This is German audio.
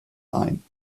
ein